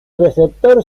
receptor